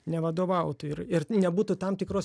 nevadovautų ir ir nebūtų tam tikros